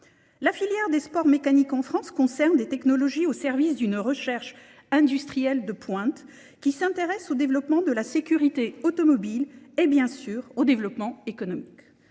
La filière des sports mécaniques en France concerne des technologies au service d'une recherche industrielle de pointe qui s'intéresse au développement de la sécurité automobile et bien sûr au développement économique.